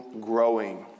growing